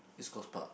East-Coast-Park